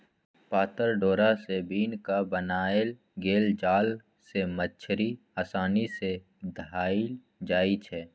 पातर डोरा से बिन क बनाएल गेल जाल से मछड़ी असानी से धएल जाइ छै